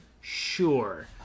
sure